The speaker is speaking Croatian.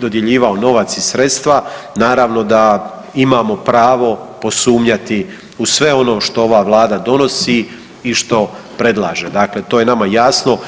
dodjeljivao novac i sredstva naravno da imamo pravo posumnjati u sve ono što ova vlada donosi i što predlaže, dakle to je nama jasno.